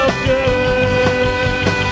good